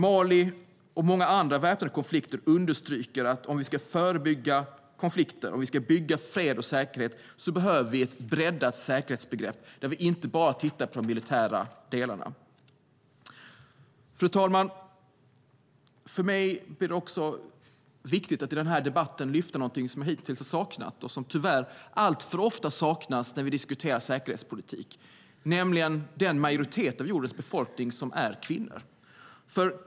Konflikterna i Mali och andra väpnade konflikter understryker att om vi ska kunna förebygga konflikter och bygga fred och säkerhet behöver vi ett breddat säkerhetsbegrepp där vi inte tittar på de militära delarna. Fru talman! För mig är det viktigt att lyfta upp något som hittills har saknats i debatten och som tyvärr alltför ofta saknas när vi diskuterar säkerhetspolitik, nämligen den del av jordens befolkning som är kvinnor.